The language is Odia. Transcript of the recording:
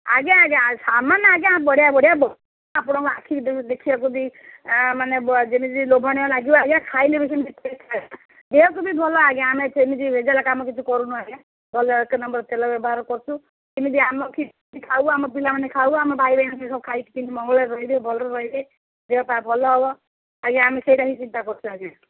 ଆଜ୍ଞା ଆଜ୍ଞା ସାମାନ ଆଜ୍ଞା ବଢ଼ିଆ ବଢ଼ିଆ ଆପଣଙ୍କ ଆଖିକୁ ଦେଖିବାକୁ ବି ମାନେ ଯେମିତି ଲୋଭନୀୟ ଲାଗିବ ଆଜ୍ଞା ଖାଇଲେ ବି ସେମିତି ଟେଷ୍ଟ୍ ଦେହକୁ ବି ଭଲ ଆଜ୍ଞା ଆମେ ସେମିତି ଭେଜାଲ୍ କାମ କିଛି କରୁନୁ ଆଜ୍ଞା ଭଲ ଏକ ନମ୍ବର୍ ତେଲ ବ୍ୟବହାର କରୁଛୁ ଯେମିତି ଆମ ଖାଉ ଆମ ପିଲାମାନେ ଖାଉ ଆମ ଭାଇ ଭାଇ ମାନେ ସବୁ ଖାଇକି କେମିତି ମଙ୍ଗଳରେ ରହିବେ ଭଲରେ ରହିବେ ଦେହପା ଭଲ ହେବ ଆଜ୍ଞା ଆମେ ସେଇଟା ହିଁ ଚିନ୍ତା କରୁଛୁ ଆଜ୍ଞା